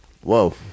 Whoa